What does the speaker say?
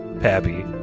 Pappy